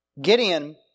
Gideon